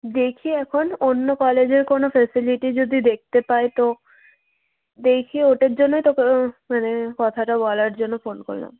দেখি এখন অন্য কলেজের কোনও ফেসিলিটি যদি দেখতে পাই তো দেখি ওটার জন্যই তো মানে কথাটা বলার জন্য ফোন করলাম